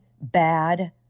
bad